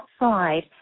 outside